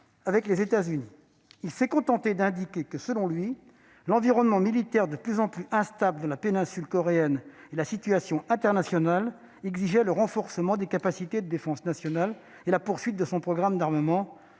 avec les États-Unis. Il s'est contenté d'indiquer que, selon lui, « l'environnement militaire de plus en plus instable dans la péninsule coréenne et la situation internationale exigent le renforcement des capacités de défense nationale » du pays et la poursuite de son programme d'armement,